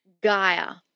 Gaia